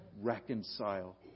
reconcile